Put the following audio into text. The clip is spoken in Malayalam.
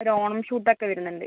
ഒരു ഓണം ഷൂട്ട് ഒക്കെ വരുന്നുണ്ട്